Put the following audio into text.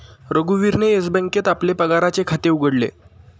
रघुवीरने येस बँकेत आपले पगाराचे खाते उघडले